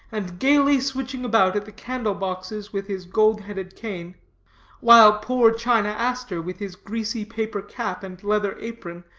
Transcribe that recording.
and gayly switching about at the candle-boxes with his gold-headed cane while poor china aster, with his greasy paper cap and leather apron,